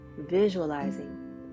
visualizing